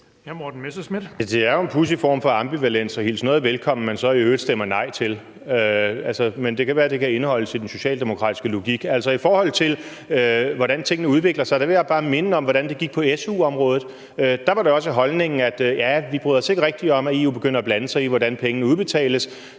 Det er jo en pudsig form for ambivalens at hilse noget velkommen, som man så i øvrigt stemmer nej til, men det kan være, det kan indeholdes i den socialdemokratiske logik. Altså, i forhold til hvordan tingene udvikler sig, vil jeg bare minde om, hvordan det gik på su-området. Der var holdningen også den, at man ikke rigtig brød sig om, at EU begyndte at blande sig i, hvordan pengene udbetales;